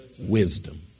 wisdom